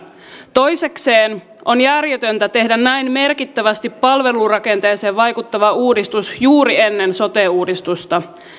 toisekseen on järjetöntä tehdä näin merkittävästi palvelurakenteeseen vaikuttava uudistus juuri ennen sote uudistusta